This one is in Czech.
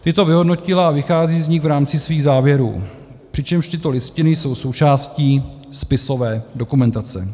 Tyto vyhodnotila a vychází z nich v rámci svých závěrů, přičemž tyto listiny jsou součástí spisové dokumentace.